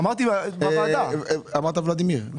אמרת שוולדימיר בליאק.